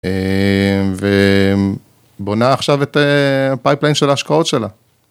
אאאאמממ...ובונה עכשיו את ה-pipeline של ההשקעות שלה.